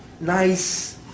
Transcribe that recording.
nice